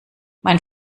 mein